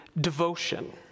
devotion